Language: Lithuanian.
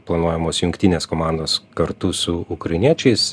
planuojamos jungtinės komandos kartu su ukrainiečiais